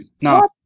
No